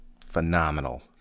phenomenal